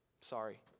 Sorry